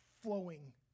flowing